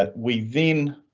ah we then.